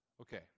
Okay